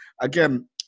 Again